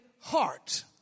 heart